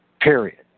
Period